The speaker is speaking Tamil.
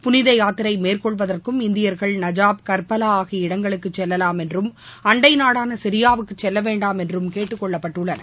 புனிதபாத்திரைமேற்கொள்வதற்கும் இந்தியர்கள் நஜாப் ஏர்பலாஆகிய இடங்களுக்குசெல்லலாம் என்றும் அண்டைநாடானசிரியாவுக்குசெல்லவேண்டாம் என்றும் கேட்டுக்கொள்ளப்பட்டுள்ளனர்